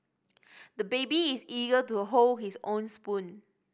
the baby is eager to hold his own spoon